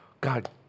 God